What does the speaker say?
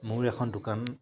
মোৰ এখন দোকান